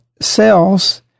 cells